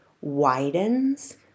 widens